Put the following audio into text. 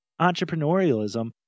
entrepreneurialism